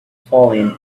falling